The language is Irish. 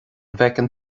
bhfeiceann